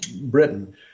Britain